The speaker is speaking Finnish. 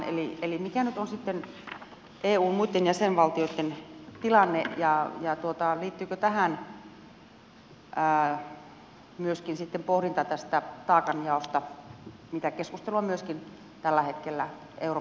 mikä nyt on sitten eun muitten jäsenvaltioitten tilanne ja liittyykö tähän myöskin sitten pohdinta tästä taakanjaosta mitä keskustelua myöskin tällä hetkellä euroopan unionissa käydään